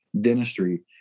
dentistry